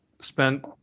spent